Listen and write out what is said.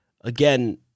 again